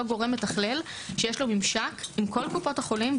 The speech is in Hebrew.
גורם מתכלל שיש לו ממשק עם קופות החולים,